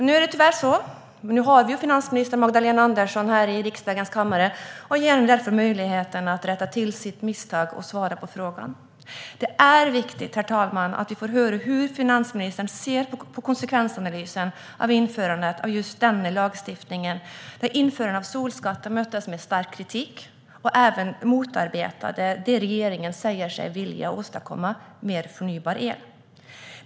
Tyvärr är detta det interpellationssvar jag fått, men nu har vi ju finansminister Magdalena Andersson här i riksdagens kammare. Vi ger henne därför möjligheten att rätta till sitt misstag och svara på frågan. Det är viktigt, herr talman, att vi får höra hur finansministern ser på konsekvensanalysen av införandet av just denna lagstiftning. Införandet av solskatten möttes av stark kritik och motarbetade även något som regeringen säger sig vilja åstadkomma: mer förnybar el.